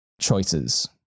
choices